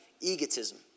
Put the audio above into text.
egotism